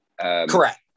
correct